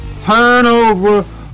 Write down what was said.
Turnover